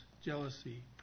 jealousy